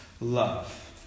love